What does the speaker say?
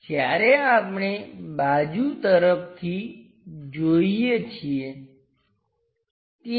એ જ રીતે જ્યારે આપણે અહીં બાજુનાં દેખાવ માટે જોઈએ છીએ ત્યારે આપણને સર્કલ જેવું કંઈ દેખાતું નથી